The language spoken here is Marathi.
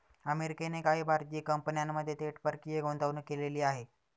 अमेरिकेने काही भारतीय कंपन्यांमध्ये थेट परकीय गुंतवणूक केलेली आहे